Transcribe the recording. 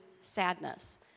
sadness